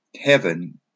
heaven